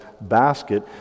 basket